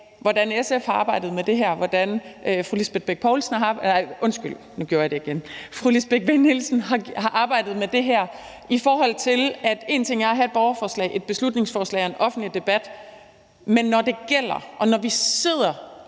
hvordan SF har arbejdet med det her, og hvordan fru Lisbeth Bech-Nielsen har arbejdet med her. For én ting er at have et borgerforslag, et beslutningsforslag og en offentlig debat, men når det gælder, og når vi sidder